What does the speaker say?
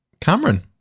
Cameron